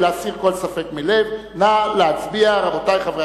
נא להצביע, רבותי חברי